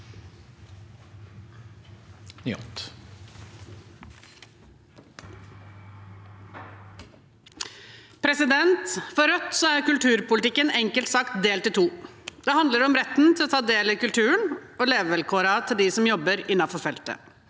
For Rødt er kultur- politikken enkelt sagt delt i to. Det handler om retten til å ta del i kulturen og om levevilkårene til dem som jobber innenfor feltet.